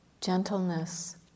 gentleness